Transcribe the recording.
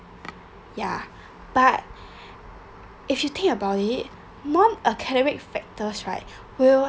ya but if you think about it non academic factors right